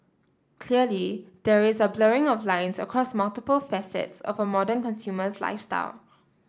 clearly there is a blurring of lines across multiple facets of a modern consumer's lifestyle